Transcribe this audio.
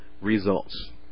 results